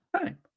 time